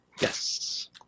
Yes